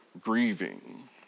Grieving